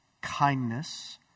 kindness